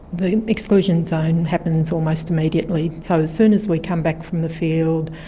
the exclusion zone happens almost immediately. so as soon as we come back from the field,